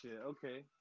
okay